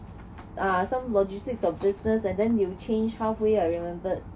uh some logistics or business and then you changed halfway I remembered